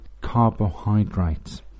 carbohydrates